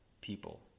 people